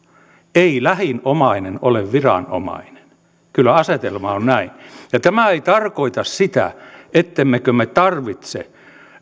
ei lähin omainen ole viranomainen kyllä asetelma on näin tämä ei tarkoita sitä ettemmekö me tarvitse